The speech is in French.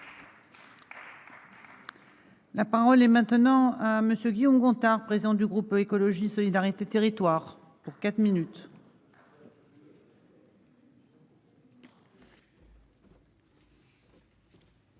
La parole est maintenant à monsieur Guillaume Gontard, président du groupe Écologie Solidarité territoire pour quatre minutes. Madame